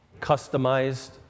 customized